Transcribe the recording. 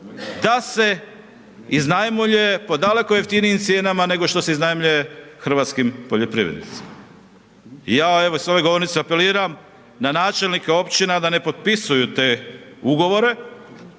da se iznajmljuje po daleko jeftinijim cijenama, nego što se iznajmljuje hrvatskim poljoprivrednicima. Ja evo s ove govornice apeliram na načelnike općina da ne potpisuju te ugovore